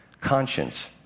conscience